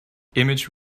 image